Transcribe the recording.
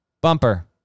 bumper